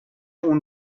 اون